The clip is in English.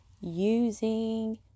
using